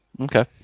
Okay